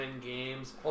games